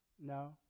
No